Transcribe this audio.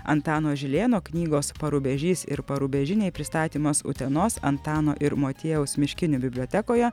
antano žilėno knygos parubežys ir parubežiniai pristatymas utenos antano ir motiejaus miškinių bibliotekoje